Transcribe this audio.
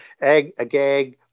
Agag